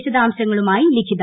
വിശദാംശങ്ങളുമായി ലിഖിത